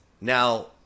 now